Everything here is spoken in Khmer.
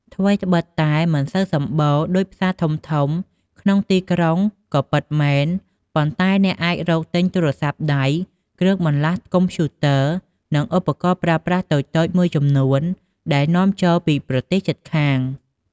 ថ្វីត្បិតតែមិនសូវសម្បូរដូចផ្សារធំៗក្នុងទីក្រុងក៏ពិតមែន ប៉ុន្តែអ្នកអាចរកទិញទូរស័ព្ទដៃ គ្រឿងបន្លាស់កុំព្យូទ័រ និងឧបករណ៍ប្រើប្រាស់តូចៗមួយចំនួនដែលនាំចូលពីប្រទេសជិតខាង។